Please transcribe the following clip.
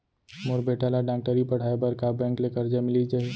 मोर बेटा ल डॉक्टरी पढ़ाये बर का बैंक ले करजा मिलिस जाही?